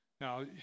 Now